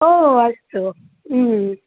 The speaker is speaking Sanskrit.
ओ अस्तु